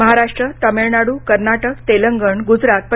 महाराष्ट्र तामिळनाडू कर्नाटक तेलंगण गुजरात प